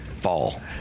fall